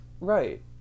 Right